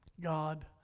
God